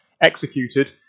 executed